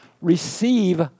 receive